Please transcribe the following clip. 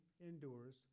endures